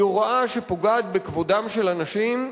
היא הוראה שפוגעת בכבודם של אנשים,